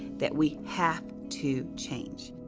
that we have to change.